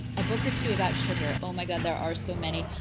a book or two about sugar. oh my god, there are so many.